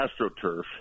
AstroTurf